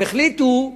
הם החליטו: